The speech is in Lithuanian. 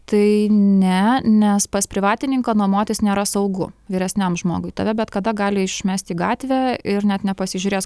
tai ne nes pas privatininką nuomotis nėra saugu vyresniam žmogui tave bet kada gali išmesti į gatvę ir net nepasižiūrės